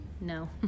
No